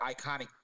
iconic